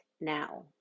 now